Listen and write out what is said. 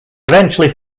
eventually